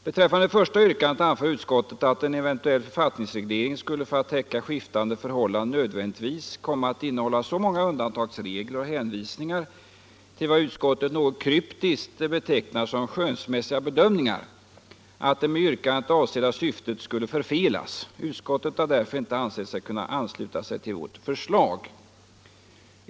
Beträffande det första yrkandet anför utskottet att en eventuell författningsreglering skulle för att täcka skiftande förhållanden nödvändigtvis komma att innehålla så många undantagsregler och hänvisningar till vad utskottet något kryptiskt betecknar som ”skönsmässiga bedömningar” att det med yrkandet avsedda syftet skulle förfelas. Utskottet har därför inte kunnat ansluta sig till vårt förslag.